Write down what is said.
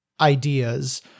ideas